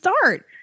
start